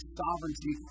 sovereignty